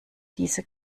diese